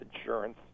insurance